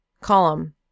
Column